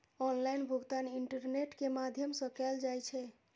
online भुगतान internet के माध्यम सं कैल जाइ छै